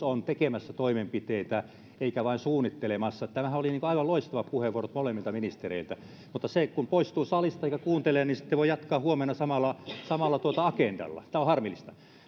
on tekemässä toimenpiteitä eikä vain suunnittelemassa täällähän oli aivan loistavat puheenvuorot molemmilta ministereiltä mutta kun poistuu salista eikä kuuntele niin sitten voi jatkaa huomenna samalla samalla agendalla tämä on harmillista